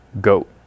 Goat